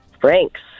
Franks